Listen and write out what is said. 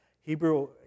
Hebrew